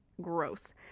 Gross